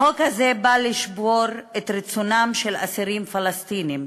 החוק הזה בא לשבור את רצונם של אסירים פלסטינים,